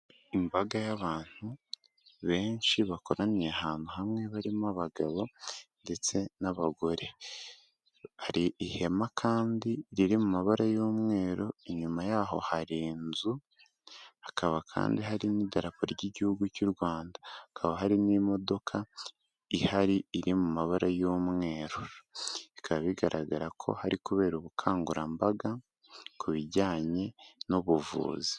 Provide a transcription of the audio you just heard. Imbaga y'abantu benshi bakoraniye ahantu hamwe barimo abagabo ndetse n'abagore hari ihema kandi riri mu mabara y'umweru inyuma yaho hari inzu hakaba kandi hari n'idarapo ry'igihugu cy'Urwanda hakaba hari n'imodoka ihari iri mu mabara y'umweru bikaba bigaragara ko hari kubera ubukangurambaga ku bijyanye n'ubuvuzi.